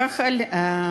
לקח על עצמו,